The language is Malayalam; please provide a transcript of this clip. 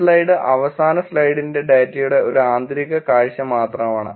ഈ സ്ലൈഡ് അവസാന സ്ലൈഡിന്റെ ഡാറ്റയുടെ ഒരു ആന്തരിക കാഴ്ച മാത്രമാണ്